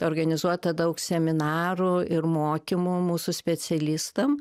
organizuota daug seminarų ir mokymų mūsų specialistam